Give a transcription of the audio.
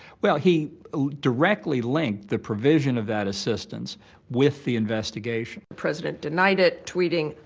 well, he directly linked the provision of that assistance with the investigation. the president denied it, tweeting,